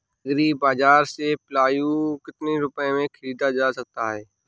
Agree बाजार से पिलाऊ कितनी रुपये में ख़रीदा जा सकता है?